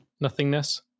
nothingness